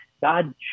God